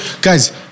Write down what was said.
guys